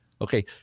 okay